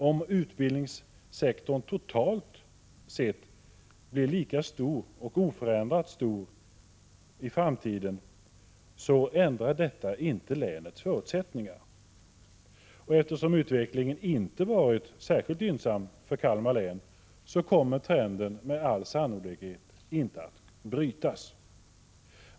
Att utbildningssektorn totalt sett i framtiden blir lika stor eller oförändrat stor, ändrar inte länets förutsättningar. Eftersom utvecklingen inte har varit särskilt gynnsam för Kalmar län kommer trenden med all sannolikhet inte att brytas.